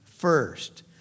First